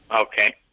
Okay